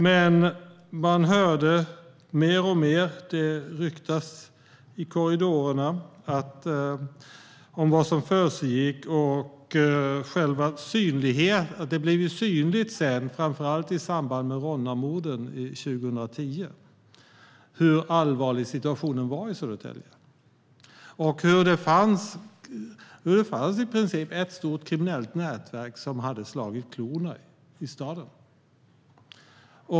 Men man hörde det ryktas mer och mer i korridorerna om vad som försiggick, och sedan blev det synligt, framför allt i samband med Ronnamorden 2010, hur allvarlig situationen i Södertälje var och hur det i princip fanns ett stort kriminellt nätverk som hade slagit klorna i staden.